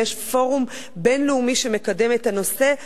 ויש פורום בין-לאומי שמקדם את הנושא.